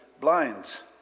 blinds